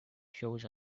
shows